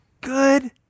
good